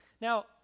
Now